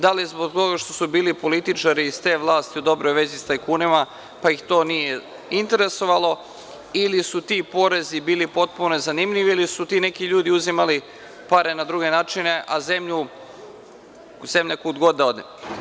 Da li zbog toga što su bili političari iz te vlasti u dobroj vezi sa tajkunima, pa ih to nije interesovalo, ili su ti porezi bili potpuno nezanimljivi, ili su ti neki ljudi uzimali pare na druge načine, a zemlja kud god da ode.